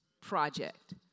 project